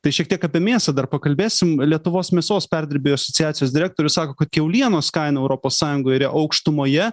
tai šiek tiek apie mėsą dar pakalbėsim lietuvos mėsos perdirbėjų asociacijos direktorius sako kad kiaulienos kaina europos sąjungoj aukštumoje